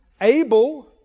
Abel